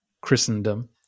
Christendom